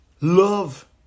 Love